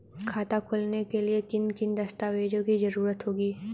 खाता खोलने के लिए किन किन दस्तावेजों की जरूरत होगी?